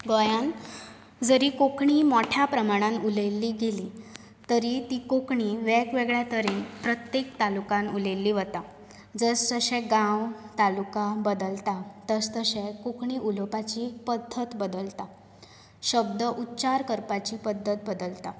गोंयांत जरी कोंकणी मोठ्या प्रमाणान उलयल्ली गेली तरी ती कोंकणी वेग वेगळ्या तरेन प्रत्येक तालुक्यांत उलयल्ली वता जश जशे गांव तालुका बदलता तश तशें कोंकणी उलोवपाची पद्दत बदलता शब्द उच्चार करपाची पद्दत बदलता